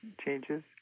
changes